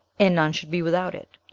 and none should be without it.